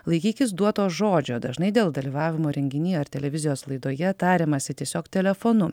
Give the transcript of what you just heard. laikykis duoto žodžio dažnai dėl dalyvavimo renginy ar televizijos laidoje tariamasi tiesiog telefonu